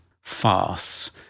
farce